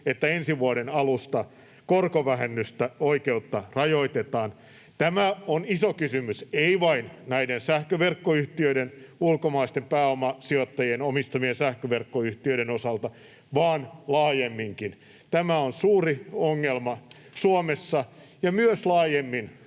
että ensi vuoden alusta korkovähennysoikeutta rajoitetaan. Tämä on iso kysymys. Ei vain näiden sähköverkkoyhtiöiden, ulkomaisten pääomasijoittajien omistamien sähköverkkoyhtiöiden osalta, vaan laajemminkin. On suuri ongelma Suomessa ja myös laajemmin